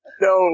No